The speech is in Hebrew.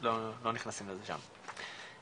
לא נכנסים לזה שם.